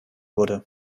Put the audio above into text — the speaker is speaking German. wurde